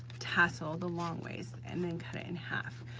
tassel the long ways and then cut it in half,